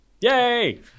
yay